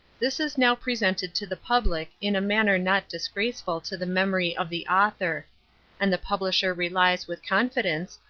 this is now presented to the public in a manner not disgraceful to the memory of the author and the publisher relies with confidence,